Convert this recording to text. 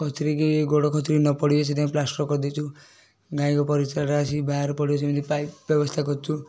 ଖସିରିକି ଗୋଡ଼ ଖସିରିକି ନ ପଡ଼ିବେ ସେଥିପାଇଁ ପ୍ଳାଷ୍ଟର୍ କରିଦେଇଛୁ ଗାଈଙ୍କ ପରିସ୍ରାଟା ଆସିକି ବାହାରେ ପଡ଼ିବ ସେମିତି ପାଇପ୍ ବ୍ୟବସ୍ତା କରିଛୁ